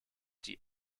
die